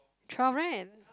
twelve right